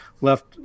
left